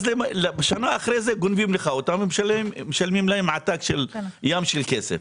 אז שנה אחרי זה גונבים לך אותם ומשלמים להם ים של כסף.